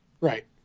Right